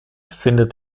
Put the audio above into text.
findet